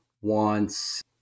wants